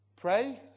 Pray